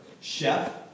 chef